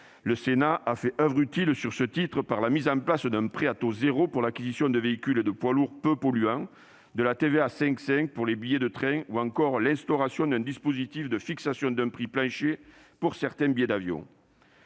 Le Sénat a fait oeuvre utile par la mise en place d'un prêt à taux zéro pour l'acquisition de véhicules et de poids lourds peu polluants, l'établissement d'un taux de TVA à 5,5 % pour les billets de train ou encore l'instauration d'un dispositif de fixation d'un prix plancher pour certains billets d'avion.